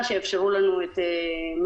איתרנו אותם קודם,